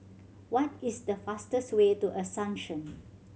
what is the fastest way to Asuncion